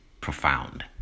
profound